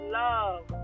love